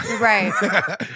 Right